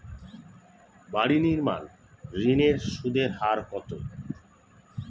বাড়ি নির্মাণ ঋণের সুদের হার কত?